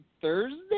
Thursday